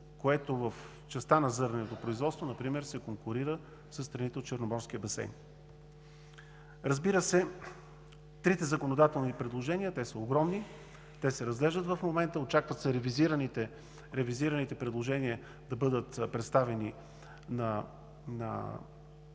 което в частта на зърненото производство например се конкурира със страните от Черноморския басейн. Трите законодателни предложения – те са огромни, се разглеждат в момента, очаква се ревизираните предложения да бъдат представени